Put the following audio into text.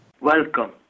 Welcome